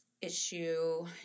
issue